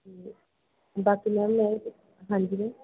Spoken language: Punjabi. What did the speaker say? ਠੀਕ ਬਾਕੀ ਮੈਮ ਮੈਂ ਇਹ ਪੁੱਛ ਹਾਂਜੀ ਮੈਮ